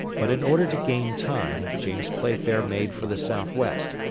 but in order to gain time james playfair made for the south-west,